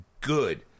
good